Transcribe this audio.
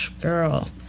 girl